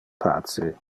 pace